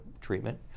treatment